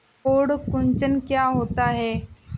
पर्ण कुंचन क्या होता है?